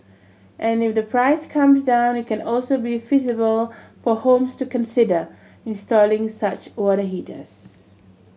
and if the price comes down it can also be feasible for homes to consider installing such water heaters